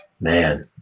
Man